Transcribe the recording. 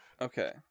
Okay